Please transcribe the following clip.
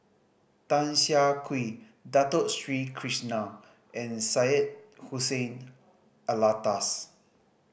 Tan Siah Kwee Dato Sri Krishna and Syed Hussein Alatas